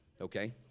okay